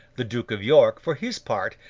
the duke of york, for his part,